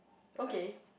okay